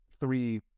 three